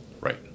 right